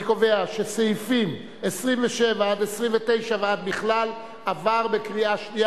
אני קובע שסעיפים 27 29 ועד בכלל עברו בקריאה שנייה,